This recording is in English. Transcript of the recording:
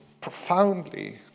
profoundly